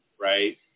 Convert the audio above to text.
right